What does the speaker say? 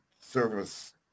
service